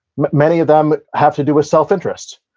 many of them have to do with self interest.